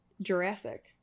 Jurassic